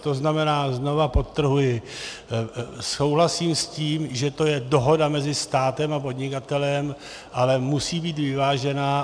To znamená, znova podtrhuji, souhlasím s tím, že to je dohoda mezi státem a podnikatelem, ale musí být vyvážená.